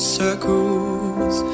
circles